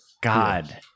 god